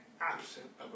absent